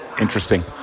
Interesting